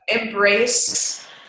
embrace